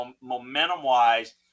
momentum-wise